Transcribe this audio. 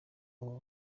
abo